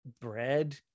bread